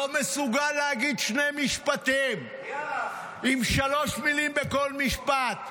לא מסוגל להגיד שני משפטים עם שלוש מילים בכל משפט: